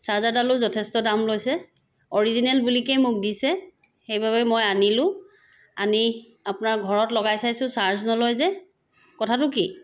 চাৰ্জাৰডালো যথেষ্ট দাম লৈছে অৰিজিনেল বুলিকেই মোক দিছে সেইবাবেই মই আনিলো আনি আপোনাৰ ঘৰত লগাই চাইছো চাৰ্জ নলয় যে কথাটো কি